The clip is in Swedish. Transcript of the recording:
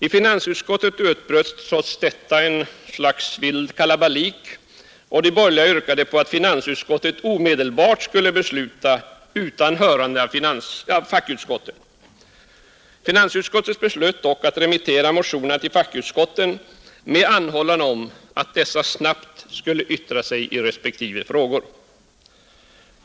I finansutskottet utbröt trots detta en vild kalabalik, och de borgerliga yrkade att finansutskottet omedelbart skulle besluta utan hörande av fackutskotten. Finansutskottet beslöt dock att remittera motionerna till fackutskotten med anhållan att dessa snabbt skulle yttra sig i respektive frågor.